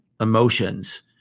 emotions